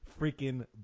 freaking